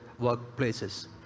workplaces